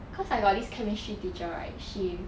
cause I got this chemistry teacher right she